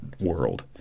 world